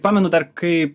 pamenu dar kai